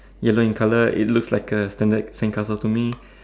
yellow in colour it looks like a standard sandcastle to me